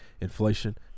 Inflation